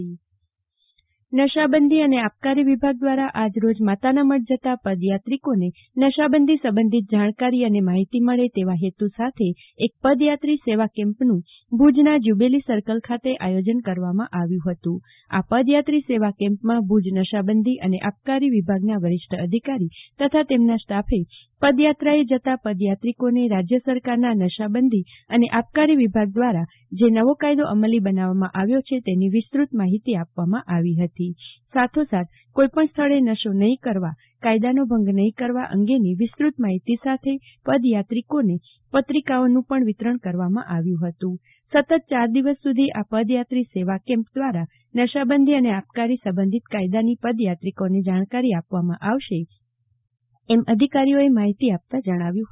જાગુતિ વકીલ નશાબંઘી વિભાગ ઃ પદચાત્રી કેમ્પ ઃ નશાબંધી અને આબકારી વિભાગ દ્વારા આજરોજ માતાનામઢ જતા પદયાત્રિકોને નશાબંધી સંબંધિત જાણકારી અને માહિતી મળે તેવા હેતુ સાથે એક પદયાત્રી સેવા કેમ્પનું ભુજના જુબેલીસર્કલ ખાતે આયોજન કરવામાં આવ્યું હતું આ પદયાત્રી સેવા કેમ્પમાં ભુજ નશાબંધી અને આબકારી વિભાગના વરિષ્ઠ અધિકારી તથા તેમના સ્ટાફે પદયાત્રાએ જતાં પદયાત્રિકોને રાજ્ય સરકારના નશાબંધી અને આબકારી વિભાગ દ્વારા જે નવો કાયદો અમલી બનાવવામાં આવ્યો છે તેની વિસ્તૃત માહિતી આપવામાં આવી હતી સાથોસાથ કોઈપણ સ્થળે નશો નહીં કરવા કાયદાનો ભંગ નહીં કરવા અંગેની વિસ્તૃત માહિતી સાથે પદયાત્રિકોને પત્રિકાઓનું પણ વિતરણ કરવામાં આવ્યું હતું સતત યાર દિવસ સુધી આ પદયાત્રી સેવા કેમ્પ દ્વારા નશાબંધી અને આબકારી સંબંધીત કાયદાની પદયાત્રિકોને જાણકારી આપવામાં આવશે એમ અધિકારીએ માહિતી આપતા જણાવ્યું હતું